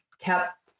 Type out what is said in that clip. kept